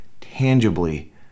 tangibly